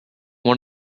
one